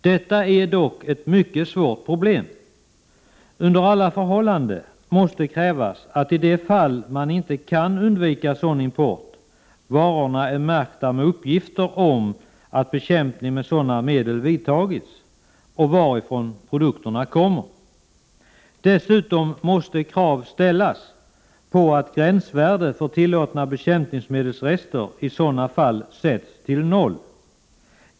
Detta är dock ett mycket svårt problem. Under alla förhållanden måste det krävas att varorna, i de fall man inte kan undvika sådan import, är märkta med uppgifter om att bekämpning med sådana medel vidtagits och om varifrån produkterna kommer. Dessutom måste krav ställas på att gränsvärdet för tillåtna bekämpningsmedelsrester i sådana fall sätts till noll.